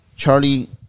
Charlie